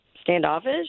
standoffish